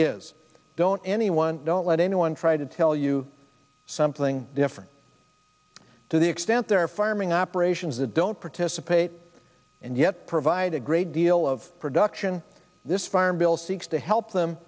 is don't anyone don't let anyone try to tell you something different to the extent there are farming operations that don't participate and yet provide a great deal of production this farm bill seeks to help them